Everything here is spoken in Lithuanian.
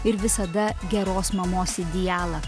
ir visada geros mamos idealą